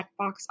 checkbox